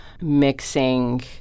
mixing